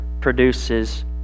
produces